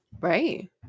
Right